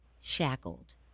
shackled